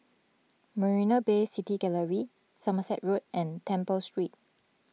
Marina Bay City Gallery Somerset Road and Temple Street